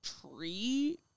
tree